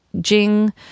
Jing